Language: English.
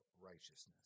righteousness